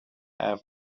have